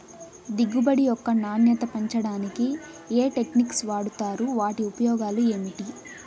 దిగుబడి యొక్క నాణ్యత పెంచడానికి ఏ టెక్నిక్స్ వాడుతారు వాటి ఉపయోగాలు ఏమిటి?